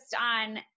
on